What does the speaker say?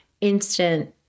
instant